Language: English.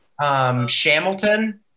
Shamilton